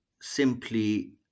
simply